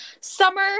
Summer